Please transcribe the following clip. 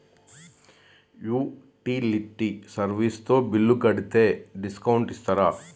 Utility service తో bill కడితే discount ఇస్తరా?